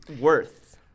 worth